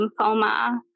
lymphoma